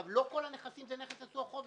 אבל לא כל הנכסים זה נכס נשוא החוק,